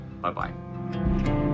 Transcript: Bye-bye